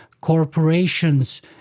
corporations